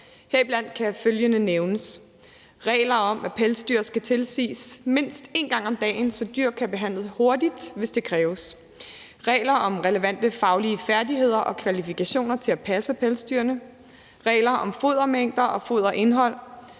heriblandt kan følgende nævnes: regler om, at pelsdyr skal tilses mindst en gang om dagen, så dyr kan behandles hurtigt, hvis det kræves, regler om relevante faglige færdigheder og kvalifikationer til at passe pelsdyrene, regler om fodermængder og foderindhold,